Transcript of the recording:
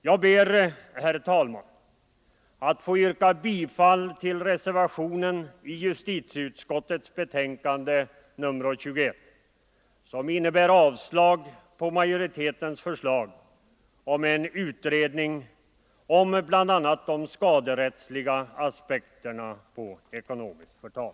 Jag ber, herr talman, att få yrka bifall till reservationen vid justitieutskottets betänkande nr 21, som innebär avslag på majoritetens förslag om en utredning om bl.a. de skaderättsliga aspekterna på ekonomiskt förtal.